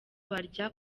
barya